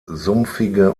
sumpfige